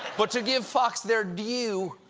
but to give fox their due,